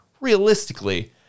realistically